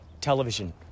television